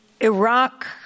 Iraq